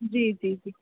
जी जी जी